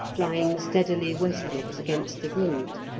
flying steadily westwards against the wind.